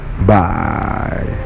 bye